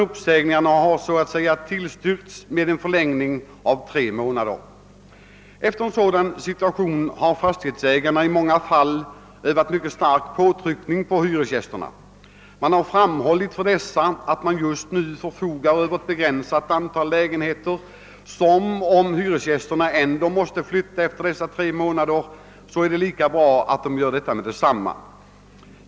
Uppsägningarna har därför så att säga tillstyrkts med en förlängning av tre månader. I en sådan situation har fastighetsägarna i många fall utövat mycket stark påtryckning på hyresgästerna. Man har framhållit för dessa, att man just nu förfogar över ett begränsat antal lägenheter och att hyresgästerna, eftersom de ändå måste flytta efter tre månader, lika gärna kan göra detta omedelbart.